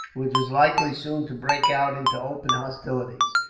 which is likely soon to break out into open hostilities.